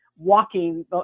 walking